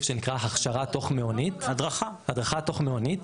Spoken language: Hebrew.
שנקרא הכשרה תוך מעונית הדרכה תוך מעונית,